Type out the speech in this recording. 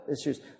issues